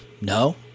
No